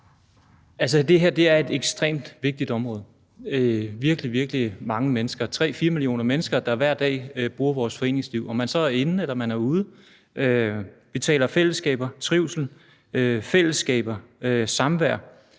Altså, det her er et ekstremt vigtigt område. Der er virkelig, virkelig mange mennesker, 3-4 millioner mennesker, der hver dag bruger vores foreningsliv, om man så er inde eller ude. Vi taler om fællesskaber, trivsel, samvær,